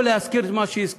או להזכיר את מה שהזכרת,